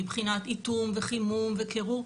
מבחינת איטום וחימום וקירור.